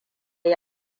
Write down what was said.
yi